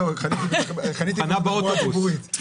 חניתי בחניה ציבורית.